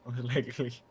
likely